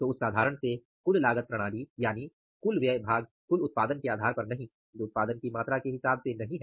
तो उस साधारण से कुल लागत प्रणाली यानि कुल व्यय भाग कुल उत्पादन के आधार पर नहीं जो उत्पादन की मात्रा के हिसाब से नहीं है